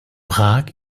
prag